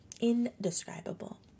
indescribable